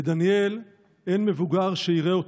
לדניאל אין מבוגר שיראה אותו.